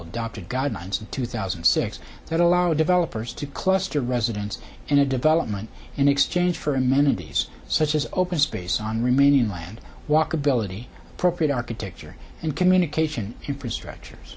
adopted guidelines in two thousand and six that allow developers to cluster residents in a development in exchange for amenities such as open space on remaining land walkability appropriate architecture and communication